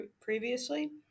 previously